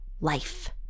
life